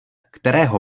kterého